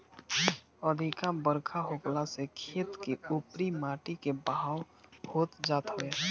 अधिका बरखा होखला से खेत के उपरी माटी के बहाव होत जात हवे